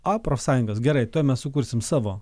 o profsąjungas gerai tuoj mes sukursim savo